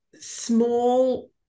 small